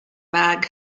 bag